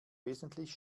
wesentlich